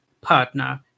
partner